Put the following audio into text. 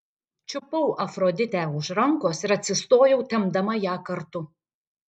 čiupau afroditę už rankos ir atsistojau tempdama ją kartu